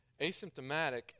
asymptomatic